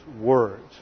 words